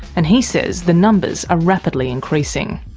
and he says the numbers are rapidly increasing.